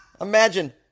imagine